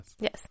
Yes